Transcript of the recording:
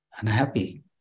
unhappy